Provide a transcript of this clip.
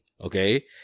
okay